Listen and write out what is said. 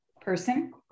person